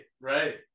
right